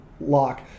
lock